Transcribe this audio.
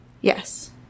Yes